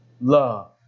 love